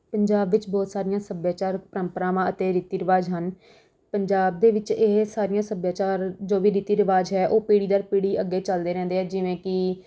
ਪੰਜਾਬ ਵਿੱਚ ਬਹੁਤ ਸਾਰੀਆਂ ਸੱਭਿਆਚਾਰਕ ਪਰੰਪਰਾਵਾਂ ਅਤੇ ਰੀਤੀ ਰਿਵਾਜ਼ ਹਨ ਪੰਜਾਬ ਦੇ ਵਿੱਚ ਇਹ ਸਾਰੀਆਂ ਸੱਭਿਆਚਾਰ ਜੋ ਵੀ ਰੀਤੀ ਰਿਵਾਜ਼ ਹੈ ਉਹ ਪੀੜ੍ਹੀ ਦਰ ਪੀੜ੍ਹੀ ਅੱਗੇ ਚੱਲਦੇ ਰਹਿੰਦੇ ਆ ਜਿਵੇਂ ਕਿ